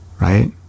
right